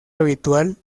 habitual